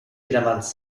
jedermanns